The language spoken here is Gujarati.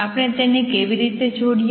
આપણે તેમને કેવી રીતે જોડ્યા